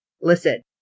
listen